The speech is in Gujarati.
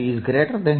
V